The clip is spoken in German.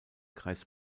kreis